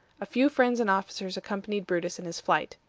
a few friends and officers accompanied brutus in his flight.